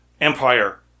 Empire